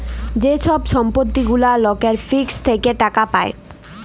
যে ছব সম্পত্তি গুলা লকের ফিক্সড থ্যাকে টাকা পায়